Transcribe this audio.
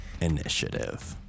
initiative